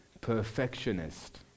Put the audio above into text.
Perfectionist